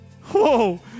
Whoa